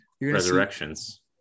Resurrections